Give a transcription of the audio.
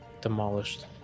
demolished